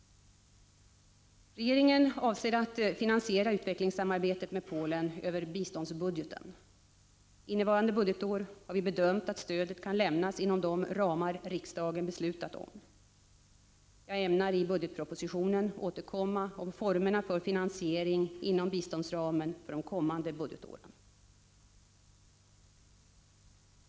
Regeringen avser att finansiera utvecklingssamarbetet med Polen över biståndsbudgeten. Innevarande budgetår har vi bedömt att stödet kan lämnas inom de ramar riksdagen har beslutat om. Jag ämnar i budgetpropositionen återkomma om formerna för finansiering inom biståndsramen för de kommande budgetåren.